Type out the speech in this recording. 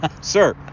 sir